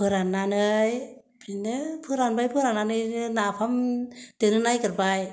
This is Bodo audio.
फोराननानै बिदिनो फोराननाय फोराननानै नाफाम देनो नागेरबाय